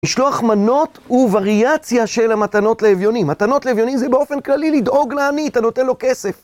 משלוח מנות הוא וריאציה של המתנות לאביונים. מתנות לאביונים זה באופן כללי לדאוג לעני, אתה נותן לו כסף.